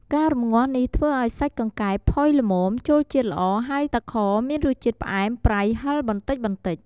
ការរំងាស់នេះធ្វើឱ្យសាច់កង្កែបផុយល្មម ចូលជាតិល្អ ហើយទឹកខមានរសជាតិផ្អែម ប្រៃ ហឹរ បន្តិចៗ។